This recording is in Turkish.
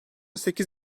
sekiz